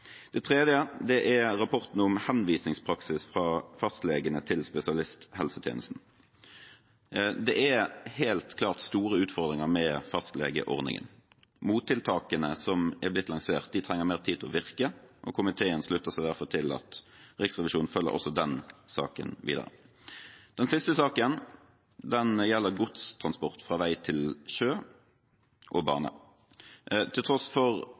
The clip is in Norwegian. rapporten om henvisningspraksis fra fastlegene til spesialisthelsetjenesten. Det er helt klart store utfordringer med fastlegeordningen. Mottiltakene som er blitt lansert, trenger mer tid til å virke. Komiteen slutter seg derfor til at Riksrevisjonen følger også denne saken videre. Den siste saken gjelder godstransport fra vei til sjø og bane. Til tross for